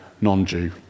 non-Jew